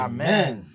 Amen